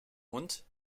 hund